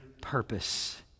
purpose